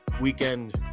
weekend